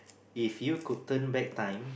if you could turn back time